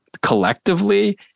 collectively